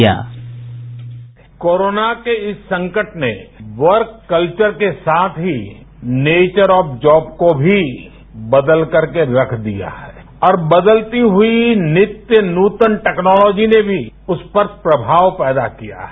sound bite corona के इस संकट में वर्क कल्चर के साथ ही नेचर ऑफ जॉब को भी बदलकर के रख दिया है और बदलती हुई नित्य नूतन टैक्नॉलोजी ने भी उस पर प्रभाव पैदा किया है